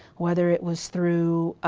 whether it was through